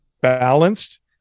balanced